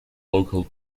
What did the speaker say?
local